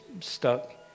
stuck